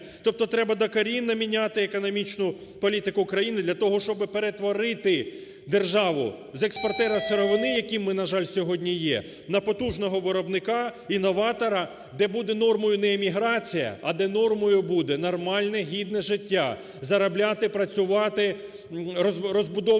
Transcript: Тобто треба докорінно міняти економічну політику країни для того, щоб перетворити державу з експортера сировини, якими ми, на жаль, сьогодні є, на потужного виробника і новатора, де буде нормою не еміграція, а де нормою буде нормальне, гідне життя. Заробляти, працювати, розбудовувати